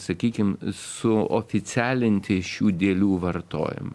sakykim suoficialinti šių dėlių vartojimą